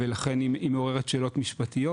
ולכן היא מעוררת שאלות משפטיות,